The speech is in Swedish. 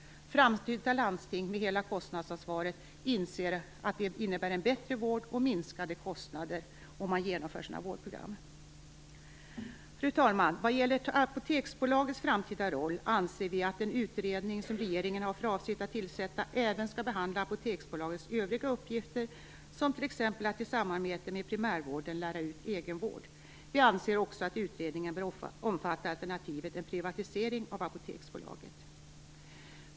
Framsynta landsting, med hela kostnadsansvaret, inser att det innebär en bättre vård och minskade kostnader om man inför sådana vårdprogram. Fru talman! Vad gäller Apoteksbolagets framtida roll anser vi att den utredning som regeringen har för avsikt att tillsätta även skall behandla Apoteksbolagets övriga uppgifter, som t.ex. att i samarbete med primärvården lära ut egenvård. Vi anser också att utredningen bör omfatta alternativet en privatisering av Apoteksbolaget.